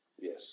Yes